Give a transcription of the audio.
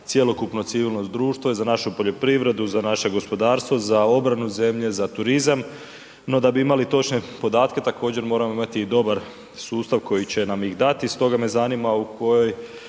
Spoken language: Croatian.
cjelokupno civilno društvo i za našu poljoprivredu, za naše gospodarstvo, za obranu zemlje, za turizam. No, da bi imali točne podatke također moramo imati i dobar sustav koji će nam ih dati stoga me zanima u kojem